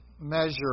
measure